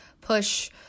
push